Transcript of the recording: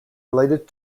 related